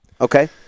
Okay